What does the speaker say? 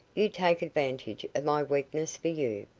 you take advantage of my weakness for you.